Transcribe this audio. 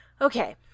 Okay